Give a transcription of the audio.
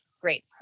great